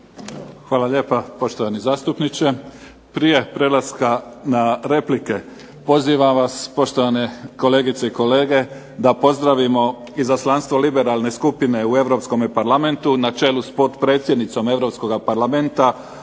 Hvala lijepa poštovani zastupniče. Prije prelaska na replike pozivam vas poštovane kolegice i kolege da pozdravimo izaslanstvo Liberalne skupine u Europskome parlamentu na čelu sa potpredsjednicom Europskoga parlamenta